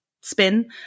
spin